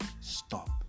stop